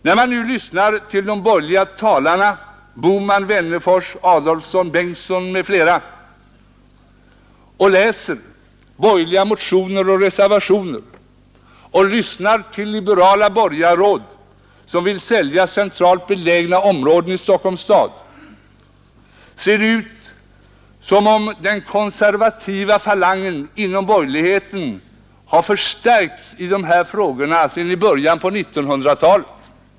När man nu lyssnar till de borgerliga talarna — Bohman, Wennerfors, Adolfsson, Bengtsson m.fl. — läser de borgerliga motionerna och reservationerna samt hör att liberala borgarråd vill sälja centralt belägna områden i Stockholm stad, ser det ut som om den konservativa falangen inom borgerligheten har förstärkts i dessa frågor sedan början av 1900-talet.